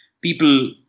people